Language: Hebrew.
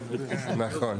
נכון.